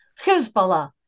Hezbollah